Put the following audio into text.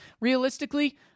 realistically